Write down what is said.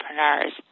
entrepreneurs